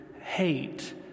hate